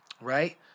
right